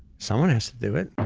someone has to do it.